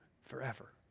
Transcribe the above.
forever